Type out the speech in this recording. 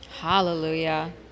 Hallelujah